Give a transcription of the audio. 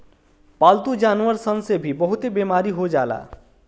पालतू जानवर सन से भी बहुते बेमारी हो जाला